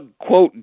quote